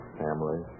family